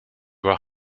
were